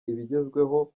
ibigezweho